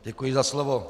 Děkuji za slovo.